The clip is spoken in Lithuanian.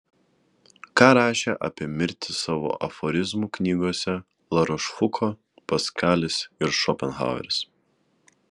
ką rašė apie mirtį savo aforizmų knygose larošfuko paskalis ir šopenhaueris